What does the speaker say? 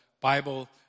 Bible